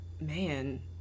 man